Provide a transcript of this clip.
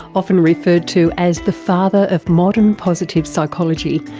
often referred to as the father of modern positive psychology,